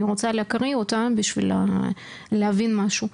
רוצה להקריא אותה בשביל להבין משהו.